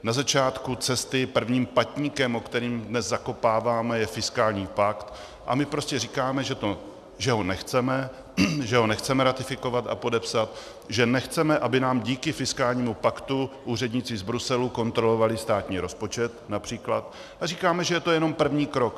Na začátku cesty prvním patníkem, o který dnes zakopáváme, je fiskální pakt a my prostě říkáme, že ho nechceme, že ho nechceme ratifikovat a podepsat, že nechceme, aby nám díky fiskálnímu paktu úředníci z Bruselu kontrolovali státní rozpočet například, a říkáme, že to je jenom první krok.